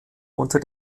unter